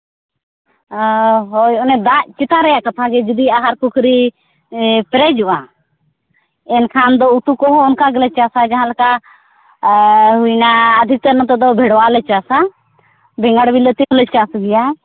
ᱦᱳᱭ ᱚᱱᱮ ᱫᱟᱜ ᱪᱮᱛᱟᱱ ᱨᱮᱭᱟᱜ ᱠᱟᱛᱟ ᱜᱮ ᱡᱩᱫᱤ ᱟᱦᱟᱨ ᱯᱩᱠᱷᱨᱤ ᱯᱮᱨᱮᱡᱚᱜᱼᱟ ᱮᱱᱠᱷᱟᱱ ᱫᱚ ᱩᱛᱩ ᱠᱚᱦᱚᱸ ᱚᱱᱠᱟ ᱜᱮᱞᱮ ᱪᱟᱥᱼᱟ ᱡᱟᱦᱟᱸ ᱞᱮᱠᱟ ᱦᱩᱭᱱᱟ ᱟᱹᱰᱤ ᱩᱛᱟᱹᱨ ᱱᱚᱰᱮ ᱫᱚ ᱵᱷᱮᱰᱣᱟ ᱞᱮ ᱪᱟᱥᱼᱟ ᱵᱮᱸᱜᱟᱲ ᱵᱤᱞᱟᱹᱛᱤ ᱦᱚᱸᱞᱮ ᱪᱟᱥ ᱜᱮᱭᱟ